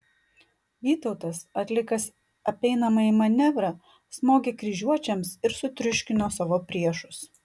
vytautas atlikęs apeinamąjį manevrą smogė kryžiuočiams ir sutriuškino savo priešus